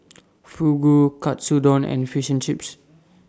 Fugu Katsudon and Fish and Chips